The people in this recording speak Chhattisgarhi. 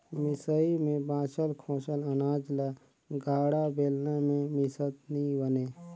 मिसई मे बाचल खोचल अनाज ल गाड़ा, बेलना मे मिसत नी बने